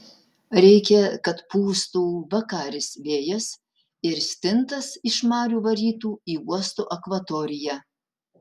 reikia kad pūstų vakaris vėjas ir stintas iš marių varytų į uosto akvatoriją